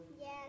Yes